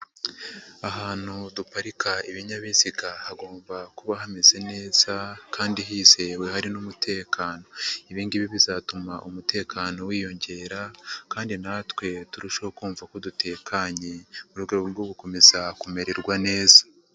Ahantu duparika ibinyabiziga hagomba kuba hameze neza kandi hizewe hari n'umutekano, ibi ngibi bizatuma umutekano wiyongera kandi natwe turusheho kumva ko dutekanye mu rwego rwo gukomeza kumererwa neza.